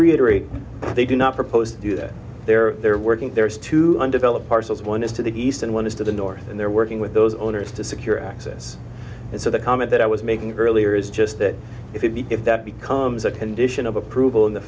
reiterate they do not propose to do that there they're working there is to undeveloped parcels one is to the east and one is to the north and they're working with those owners to secure access and so the comment that i was making earlier is just that it would be if that becomes a condition of approval in the